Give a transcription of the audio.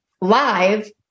live